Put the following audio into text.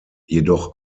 jedoch